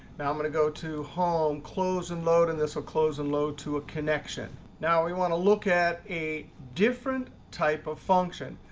now i'm going to go to home, close and load, and this will close and load to a connection. now we want to look at a different type of function.